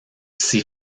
ces